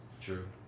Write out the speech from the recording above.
true